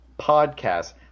podcast